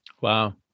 Wow